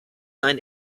ein